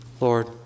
Lord